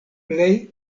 plej